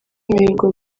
mihigo